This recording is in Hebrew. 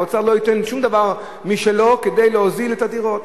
האוצר לא ייתן שום דבר משלו כדי להוזיל את הדירות